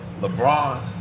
LeBron